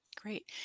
Great